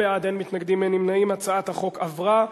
ההצעה להעביר את הצעת חוק הגנת הצרכן (תיקון,